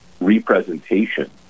representation